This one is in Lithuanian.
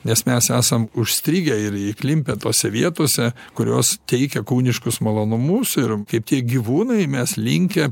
nes mes esam užstrigę ir įklimpę tose vietose kurios teikia kūniškus malonumus ir kaip tie gyvūnai mes linkę